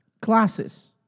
classes